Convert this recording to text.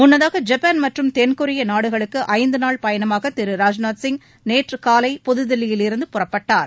முன்னதாக ஜப்பான் மற்றும் தென்கொரிய நாடுகளுக்கு ஐந்து நாள் பயணமாக திரு ராஜ்நாத் சிங் நேற்று காலை புதுதில்லியில் இருந்து புறப்பட்டார்